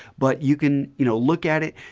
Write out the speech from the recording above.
but you can you know look at it.